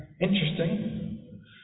interesting